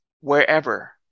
wherever